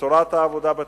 וצורת העבודה בתקציב,